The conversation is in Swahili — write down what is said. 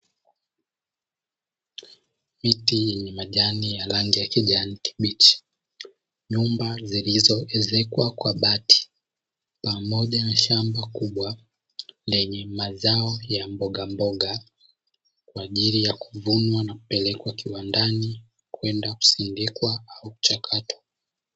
Miti yenye majani ya rangi ya kijani kibichi, nyumba zilizowezekwa kwa bati pamoja na shamba kubwa lenye mazao ya mbogamboga kwa ajili ya kuvunwa na kupelekwa kiwandani kwenda kusindikwa kwa mchakato.